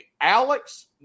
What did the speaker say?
Alex